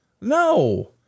No